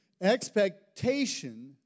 Expectation